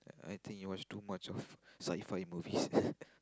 I think you watch too much of sci-fi movies